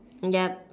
ya